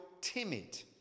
timid